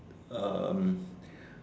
um